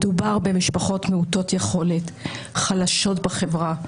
מדובר במשפחות מעוטות יכולת, חלשות בחברה.